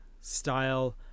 style